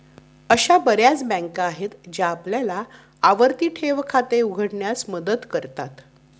अशा बर्याच बँका आहेत ज्या आपल्याला आवर्ती ठेव खाते उघडण्यास मदत करतात